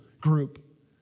group